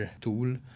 tool